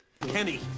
Kenny